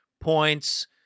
points